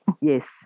Yes